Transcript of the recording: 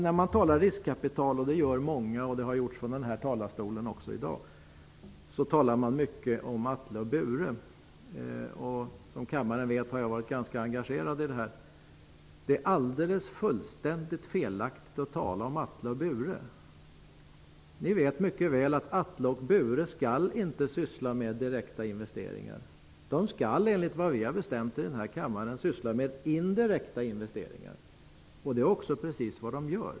När man talar om riskkapital -- det gör många, och det har också gjorts från kammarens talarstol i dag -- talar man mycket om Atle och Bure. Som kammaren vet har jag varit mycket engagerad i den frågan. Det är fullständigt felaktigt att tala om Atle och Bure! Ni vet mycket väl att Atle och Bure inte skall syssla med direkta investeringar. Enligt vad vi här i kammaren har bestämt skall de syssla med indirekta investeringar, och det är också precis vad de gör.